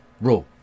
rule